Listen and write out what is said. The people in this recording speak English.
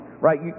Right